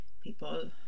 people